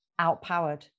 outpowered